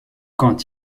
quand